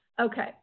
Okay